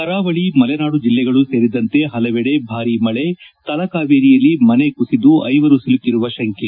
ಕರಾವಳಿ ಮಲೆನಾಡು ಜಲ್ಲೆಗಳು ಸೇರಿದಂತೆ ಪಲವೆಡೆ ಭಾರೀ ಮಳೆ ತಲಕಾವೇರಿಯಲ್ಲಿ ಮನೆ ಕುಸಿದು ಐವರು ಸಿಲುಕಿರುವ ಶಂಕೆ